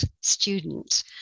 student